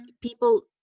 people